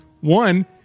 one